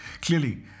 Clearly